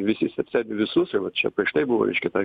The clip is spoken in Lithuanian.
visi s stebi visus ir va čia prieš tai buvo reiškia ta